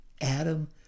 Adam